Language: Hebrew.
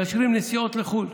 מאשרים נסיעות לחו"ל,